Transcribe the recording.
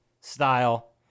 style